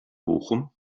bochum